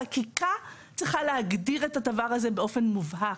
החקיקה צריכה להגדיר את הדבר הזה באופן מובהק.